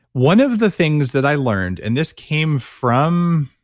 one of the things that i learned, and this came from